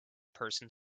person